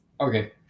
Okay